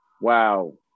wow